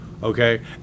Okay